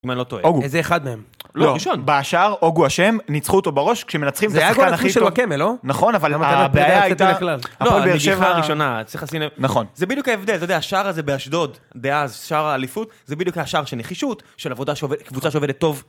אם אני לא טועה. אוגו. איזה אחד מהם? לא, הראשון. בשער אוגו אשם, ניצחו אותו בראש, כשמנצחים את השחקן הכי טוב. זה היה הגול היחיד שלו בכמל, לא? נכון, אבל הבעיה הייתה... אבל הנגיחה הראשונה, צריך לשים לב... נכון. זה בדיוק ההבדל, אתה יודע, השאר הזה באשדוד, באז, השער של האליפות, זה בדיוק היה שער של נחישות, של קבוצה שעובדת טוב.